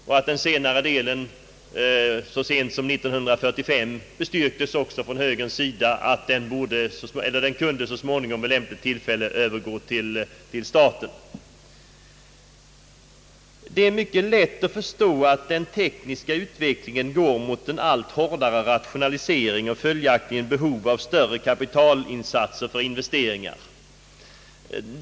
Så sent som år 19435 bestyrkte högerpartiet att man ansåg att även den återstående delen av LKAB:s verksamhet vid lämpligt tillfälle kunde helt övertas av staten. Det är mycket lätt att förstå att den tekniska utvecklingen går mot en allt hårdare rationalisering och därav följande behov av större kapitalinsatser för investeringar.